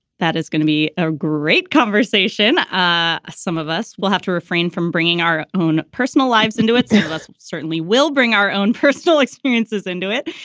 that is gonna be a great conversation. ah some of us will have to refrain from bringing our own personal lives into it so and certainly will bring our own personal experiences into it.